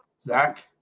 Zach